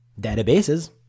databases